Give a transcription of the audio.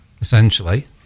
essentially